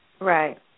Right